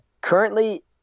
Currently